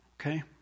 okay